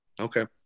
Okay